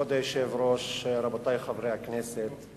כבוד היושב-ראש, רבותי חברי הכנסת,